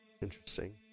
Interesting